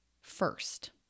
first